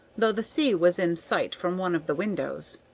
though the sea was in sight from one of the windows.